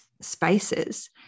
spaces